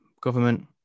government